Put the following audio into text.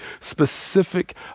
specific